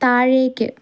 താഴേക്ക്